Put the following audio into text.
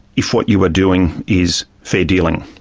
if what you are doing is fair dealing.